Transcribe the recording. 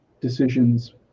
decisions